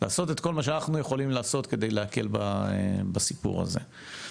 לעשות את כל מה שאנחנו יכולים לעשות כדי להקל על הסיפור הזה.